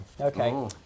Okay